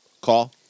call